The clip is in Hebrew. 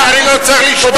אני לא צריך לשמוע בקולך.